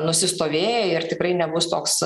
nusistovėję ir tikrai nebus toks